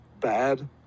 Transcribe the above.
bad